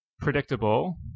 predictable